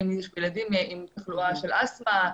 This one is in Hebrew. ילדים עם תחלואה של אסתמה,